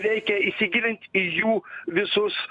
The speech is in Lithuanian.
reikia įsigilint į jų visus